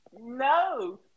No